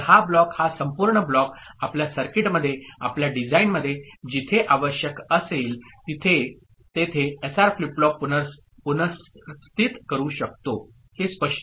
तर हा ब्लॉक हा संपूर्ण ब्लॉक आपल्या सर्किटमध्ये आपल्या डिझाइनमध्ये जिथे आवश्यक असेल तेथे एसआर फ्लिप फ्लॉप पुनर्स्थित करू शकतो हे स्पष्ट आहे